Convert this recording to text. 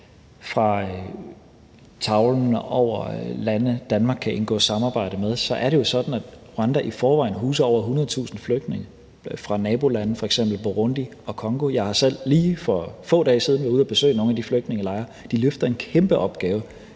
fra tavlen over lande, Danmark kan indgå samarbejde med, så er det jo sådan, at Rwanda i forvejen huser over 100.000 flygtninge fra nabolande, f.eks. Burundi og Congo. Jeg har selv lige for få dage siden været ude og besøge nogle af de flygtningelejre. De løfter en kæmpe opgave